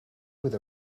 with